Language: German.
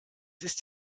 ist